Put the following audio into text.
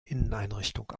inneneinrichtung